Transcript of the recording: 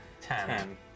Ten